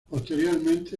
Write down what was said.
posteriormente